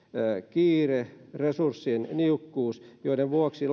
kiire ja resurssien niukkuus joiden vuoksi